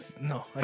No